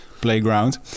playground